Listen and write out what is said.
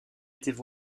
étaient